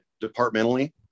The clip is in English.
departmentally